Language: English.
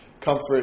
comfort